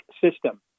system